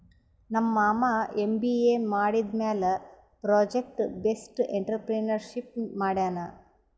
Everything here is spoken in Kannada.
ನಮ್ ಮಾಮಾ ಎಮ್.ಬಿ.ಎ ಮಾಡಿದಮ್ಯಾಲ ಪ್ರೊಜೆಕ್ಟ್ ಬೇಸ್ಡ್ ಎಂಟ್ರರ್ಪ್ರಿನರ್ಶಿಪ್ ಮಾಡ್ಯಾನ್